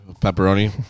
Pepperoni